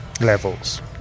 levels